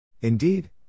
Indeed